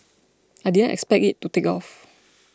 I didn't expect it to take off